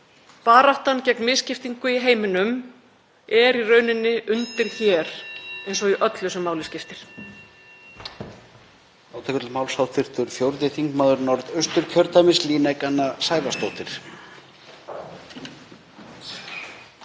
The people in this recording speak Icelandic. Baráttan gegn misskiptingu í heiminum er í rauninni undir hér eins og í öllu sem máli skiptir.